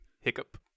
Hiccup